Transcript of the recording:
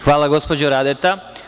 Hvala gospođo Radeta.